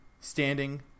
Standing